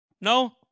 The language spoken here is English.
No